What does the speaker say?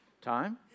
Time